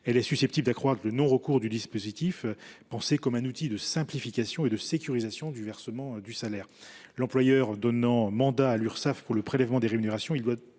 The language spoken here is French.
serait susceptible d’accroître le non recours du dispositif, pensé comme un outil de simplification et de sécurisation du versement du salaire. L’employeur donnant mandat à l’Urssaf pour le prélèvement des rémunérations, il doit